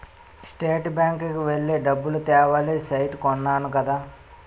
state bank కి వెళ్లి డబ్బులు తేవాలి సైట్ కొన్నాను కదా